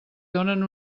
donen